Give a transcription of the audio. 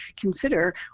consider